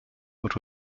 but